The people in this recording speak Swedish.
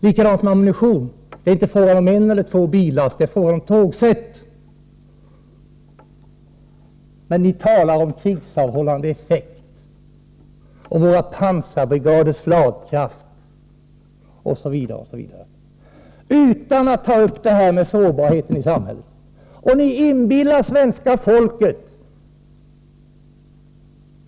Likadant är det med ammunitionen — det är inte fråga om en eller två billaster, utan det är fråga om tågset. Men ni talar om krigsavhållande effekt och om våra pansarbrigaders slagkraft, osv., utan att ta upp frågan om sårbarheten i samhället.